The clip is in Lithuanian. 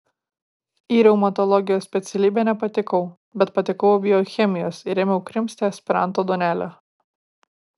į reumatologijos specialybę nepatekau bet patekau į biochemijos ir ėmiau krimsti aspiranto duonelę